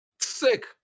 sick